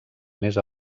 més